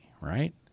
right